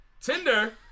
Tinder